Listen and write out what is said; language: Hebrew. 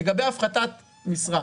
לגבי הפחתת משרה.